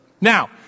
Now